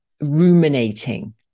ruminating